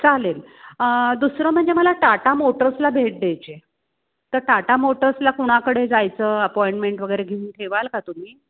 चालेल दुसरं म्हणजे मला टाटा मोटर्सला भेट द्यायची आहे तर टाटा मोटर्सला कुणाकडे जायचं अपॉइंटमेंट वगैरे घेऊन ठेवाल का तुम्ही